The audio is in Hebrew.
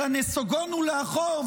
אלא נסוגונו לאחור.